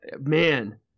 Man